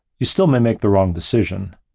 you still may make the wrong decision.